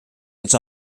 its